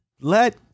let